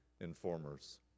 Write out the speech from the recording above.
informers